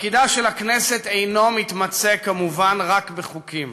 תפקידה של הכנסת אינו מתמצה כמובן רק בחוקים,